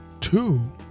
two